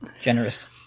generous